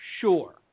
sure